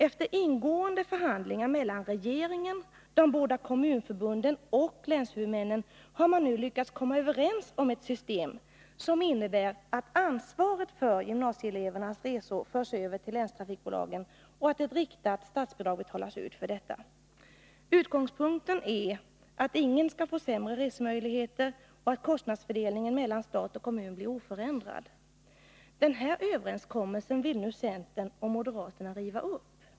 Efter ingående förhandlingar mellan regeringen, de båda kommunförbunden och länshuvudmännen har man nu lyckats komma överens om ett system som innebär att ansvaret för gymnasieelevernas resor förs över till länstrafikbolagen och att ett riktat statsbidrag betalas ut för detta. Utgångspunkten är att ingen skall få sämre resemöjligheter och att kostnadsfördelningen mellan stat och kommun skall vara oförändrad. Denna överenskommelse vill nu centern och moderaterna riva upp.